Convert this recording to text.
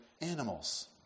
animals